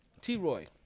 T-Roy